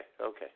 okay